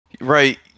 right